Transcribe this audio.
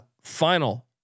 final